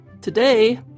today